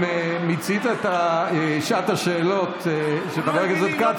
אם מיצית את שעת השאלות של חבר הכנסת כץ,